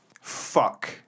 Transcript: Fuck